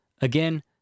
Again